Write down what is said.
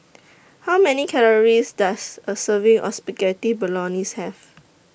How Many Calories Does A Serving Or Spaghetti Bolognese Have